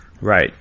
Right